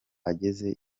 ageze